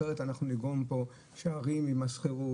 אחרת אנחנו נגרום פה שערים עם השכירות